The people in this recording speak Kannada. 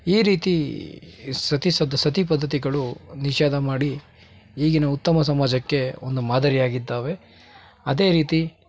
ಈ ರೀತಿ ಸತಿ ಸದ್ದ ಸತಿ ಪದ್ದತಿಗಳು ನಿಷೇಧ ಮಾಡಿ ಈಗಿನ ಉತ್ತಮ ಸಮಾಜಕ್ಕೆ ಒಂದು ಮಾದರಿಯಾಗಿದ್ದಾವೆ ಅದೇ ರೀತಿ